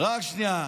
אמסלם,